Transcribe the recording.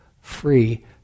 free